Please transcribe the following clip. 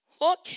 look